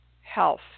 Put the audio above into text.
health